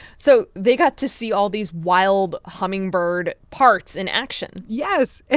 so they got to see all these wild hummingbird parts in action yes. ah